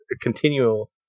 continual